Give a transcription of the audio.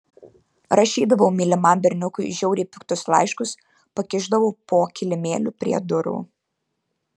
rašydavau mylimam berniukui žiauriai piktus laiškus pakišdavau po kilimėliu prie durų